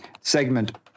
segment